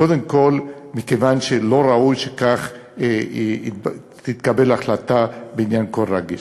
קודם כול מכיוון שלא ראוי שכך תתקבל החלטה בעניין כה רגיש.